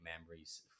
memories